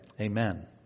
Amen